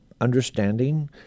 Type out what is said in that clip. understanding